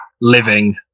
living